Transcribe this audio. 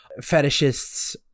fetishists